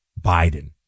Biden